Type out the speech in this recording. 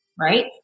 right